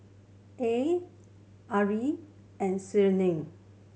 Ain Amrin and Senin